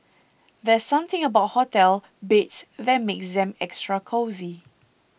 there's something about hotel beds that makes them extra cosy